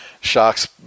sharks